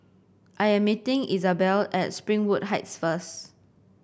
I am meeting Isabell at Springwood Heights first